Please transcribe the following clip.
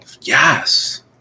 Yes